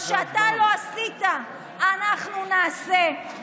מה שאתה לא עשית, אנחנו נעשה.